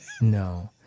No